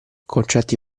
concetti